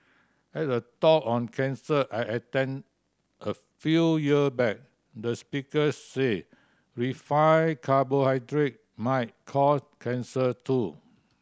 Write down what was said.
at a talk on cancer I attend a few year back the speaker said refined carbohydrate might cause cancer too